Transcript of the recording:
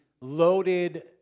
loaded